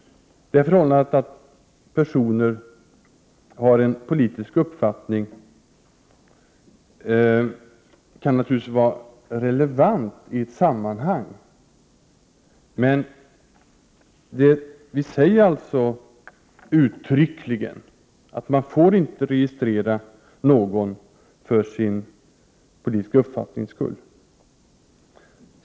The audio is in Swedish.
Det förhållandet att personer har en politisk uppfattning kan naturligtvis vara relevant i ett sammanhang, men vi säger uttryckligen att man inte får registrera någon enbart för dennes politiska uppfattnings skull.